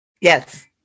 Yes